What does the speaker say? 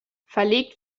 verlegt